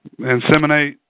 inseminate